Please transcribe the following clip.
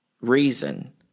reason